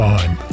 Time